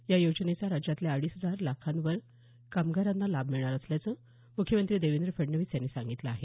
या योजनेचा राज्यातल्या अडीच लाखावर कामगारांना लाभ मिळणार असल्याचं मुख्यमंत्री देवेंद्र फडणवीस यांनी सांगितलं आहे